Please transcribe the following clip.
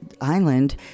island